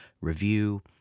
review